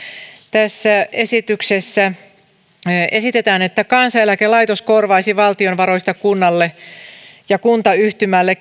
tässä esityksessä esitetään että kansaneläkelaitos korvaisi valtion varoista kunnalle ja kuntayhtymälle